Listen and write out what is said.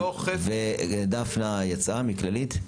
ודפנה מכללית יצאה?